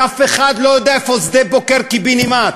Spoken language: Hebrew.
ואף אחד לא יודע איפה שדה-בוקר, קיבינימט.